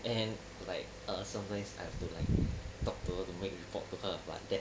and like err sometimes I've to like talk to her to make report to her but that